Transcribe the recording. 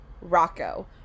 Rocco